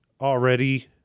already